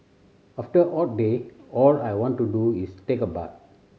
after hot day all I want to do is take a bath